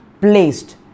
placed